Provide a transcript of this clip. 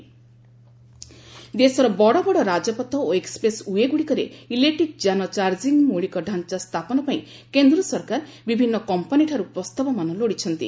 ଗଭ୍ EV charging ଦେଶର ବଡ଼ବଡ଼ ରାଜପଥ ଓ ଏକ୍କପ୍ରେସ ୱେ ଗୁଡ଼ିକରେ ଇଲେକ୍ରି ଯାନ ଚାର୍ଜଂ ମୌଳିକ ଡ଼ାଞ୍ଚା ସ୍ଥାପନ ପାଇଁ କେନ୍ଦ୍ର ସରକାର ବିଭିନ୍ନ କମ୍ପାନିଠାରୁ ପ୍ରସ୍ତାବମାନ ଲୋଡ଼ିଛନ୍ତି